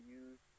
use